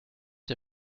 der